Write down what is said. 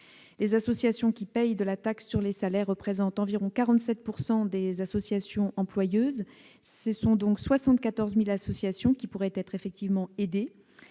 Les associations qui payent de la taxe sur les salaires représentent environ 47 % des associations employeuses. Ce sont donc 74 000 associations qui pourraient être bénéficiaires